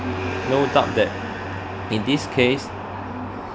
no doubt that in this case